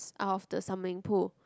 out off the summoning pool